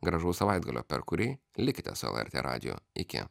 gražaus savaitgalio per kurį likite su lrt radiju iki